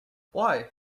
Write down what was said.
why